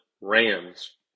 Rams